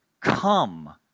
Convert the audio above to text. come